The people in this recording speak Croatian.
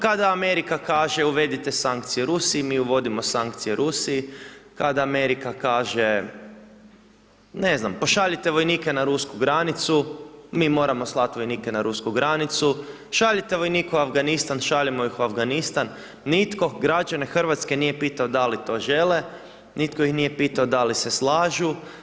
Kada Amerika kaže uvedite sankcije Rusiji, mi uvodimo sankcije Rusiji, kad Amerika kaže ne znam pošaljite vojnike na rusku granicu, mi moramo slati vojnike na rusku granicu, šaljite vojnike u Afganistan, šaljemo ih u Afganistan, nitko građane Hrvatske nije pitao da li to žele, nitko ih nije pitao da li se slažu.